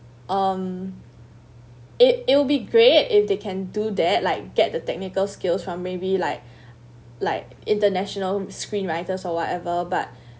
um it it will be great if they can do that like get the technical skills from maybe like like international screen writers or whatever but